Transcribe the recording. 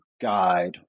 guide